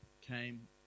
came